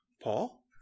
Paul